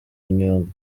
imyuga